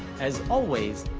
as always,